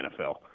NFL